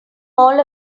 all